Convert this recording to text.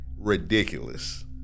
Ridiculous